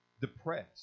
depressed